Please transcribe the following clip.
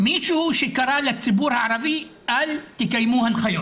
מישהו שקרא לציבור הערבי 'אל תקיימו הנחיות'.